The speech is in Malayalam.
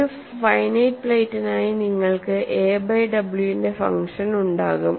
ഒരു ഫൈനൈറ്റ് പ്ലേറ്റിനായി നിങ്ങൾക്ക് എ ബൈ w ന്റെ ഫങ്ഷൻ ഉണ്ടാകും